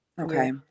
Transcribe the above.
Okay